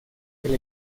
del